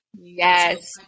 Yes